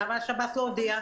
למה השב"ס לא הודיע?